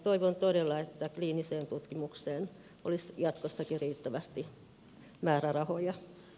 toivon todella että kliiniseen tutkimukseen olisi jatkossakin riittävästi määrärahoja